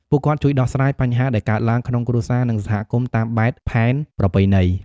ពួកគាត់ជួយដោះស្រាយបញ្ហាដែលកើតឡើងក្នុងគ្រួសារនិងសហគមន៍តាមបែបផែនប្រពៃណី។